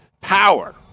power